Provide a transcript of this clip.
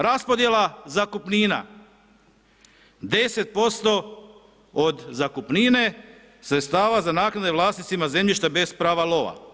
Raspodjela zakupnina, 10% od zakupnine sredstava za naknade vlasnicima zemljišta bez prava lova.